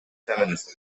feminism